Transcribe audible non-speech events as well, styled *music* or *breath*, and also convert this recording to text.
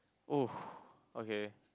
oh *breath* okay